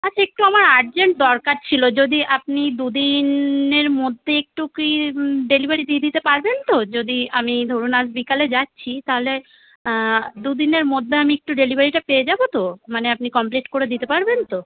আচ্ছা একটু আমার আর্জেন্ট দরকার ছিলো যদি আপনি দু দিনের মধ্যে একটু কী ডেলিভারি দিই দিতে পারবেন তো যদি আমি ধরুন আজ বিকালে যাচ্ছি তাহলে দু দিনের মধ্যে আমি একটু ডেলিভারিটা পেয়ে যাবো তো মানে আপনি কমপ্লিট করে দিতে পারবেন তো